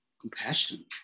compassion